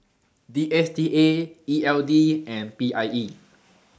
D S T A E L D and P I E